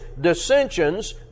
dissensions